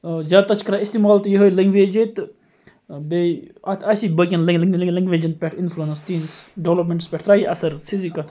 اَوا زیٛاد تر چھِ کَران اِستعمال تہِ یِہَے لینٛگویج ییٚتہِ تہِ بیٚیہِ اَتھ آسی باقیَن لینٛگویجَن پیٚٹھ اِنفُلنس تِہٕنٛدِس ڈیٚولَپمینٹَس پیٚٹھ ترٛایہِ یہِ اَثر سیٚزٕے کتھ